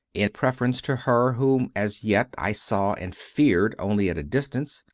in preference to her whom as yet i saw and feared only at a distance,